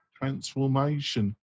transformation